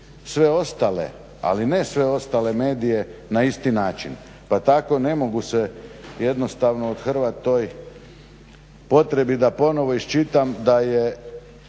sve ostale, ali ne sve ostale medije na isti način. Pa tako ne mogu se jednostavno othrvati toj potrebi da ponovo iščitam da je